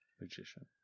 Magician